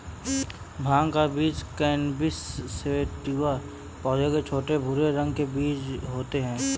भाँग का बीज कैनबिस सैटिवा पौधे के छोटे, भूरे रंग के बीज होते है